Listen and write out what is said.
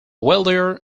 wealthier